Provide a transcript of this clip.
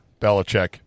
Belichick